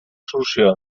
solució